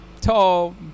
tall